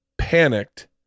panicked